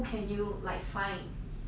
mm true also lah